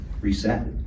reset